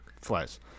flies